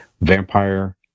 vampire